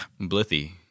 Blithy